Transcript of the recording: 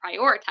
prioritize